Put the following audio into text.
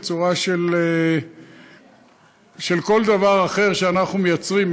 בצורה של כל דבר אחר שאנחנו מייצרים,